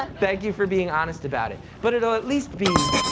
ah thank you for being honest about it. but it'll at least be,